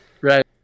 Right